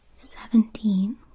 Seventeen